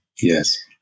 Yes